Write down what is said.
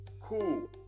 Cool